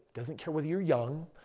doesn't care whether you're young.